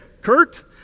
Kurt